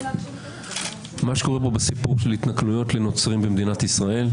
הסיפור של התנכלויות לנוצרים במדינת ישראל.